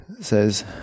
says